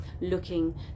looking